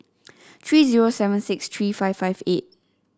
three zero seven six three five five eight